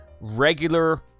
regular